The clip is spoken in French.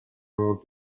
nom